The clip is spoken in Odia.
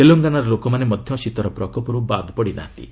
ତେଲେଙ୍ଗାନାର ଲୋକମାନେ ମଧ୍ୟ ଶୀତର ପ୍ରକୋପର୍ ବାଦ୍ ପଡିନାହାନ୍ତି